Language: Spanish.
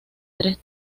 tres